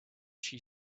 she